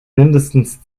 mindestens